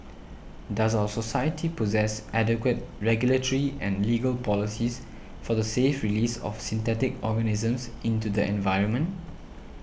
does our society possess adequate regulatory and legal policies for the safe release of synthetic organisms into the environment